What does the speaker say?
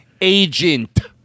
Agent